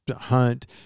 hunt